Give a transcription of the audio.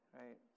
right